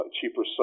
cheaper